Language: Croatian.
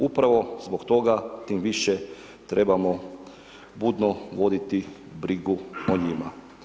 Upravo zbog toga tim više trebamo budno voditi brigu o njima.